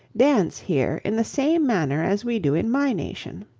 dance here in the same manner as we do in my nation.